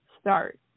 Start